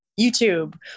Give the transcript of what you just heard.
YouTube